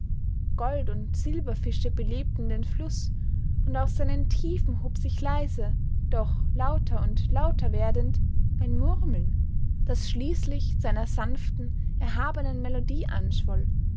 gold und silberfische belebten den fluß und aus seinen tiefen hob sich leise doch lauter und lauter werdend ein murmeln das schließlich zu einer sanften erhabenen melodie anschwoll